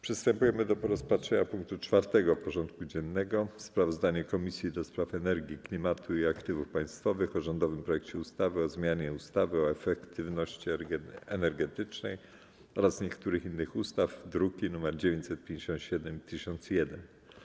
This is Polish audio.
Przystępujemy do rozpatrzenia punktu 4. porządku dziennego: Sprawozdanie Komisji do Spraw Energii, Klimatu i Aktywów Państwowych o rządowym projekcie ustawy o zmianie ustawy o efektywności energetycznej oraz niektórych innych ustaw (druki nr 957 i 1001)